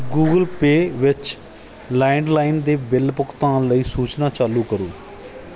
Google Pay ਵਿੱਚ landline ਦੇ bill ਭੁਗਤਾਨ ਲਈ ਸੂਚਨਾਵਾਂ ਚਾਲੂ ਕਰੋ